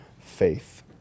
faith